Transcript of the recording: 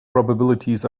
probabilities